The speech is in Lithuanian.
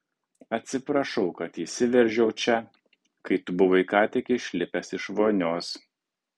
atsiprašau kad įsiveržiau čia kai tu buvai ką tik išlipęs iš vonios